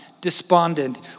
despondent